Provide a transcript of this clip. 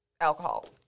alcohol